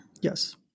Yes